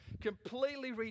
Completely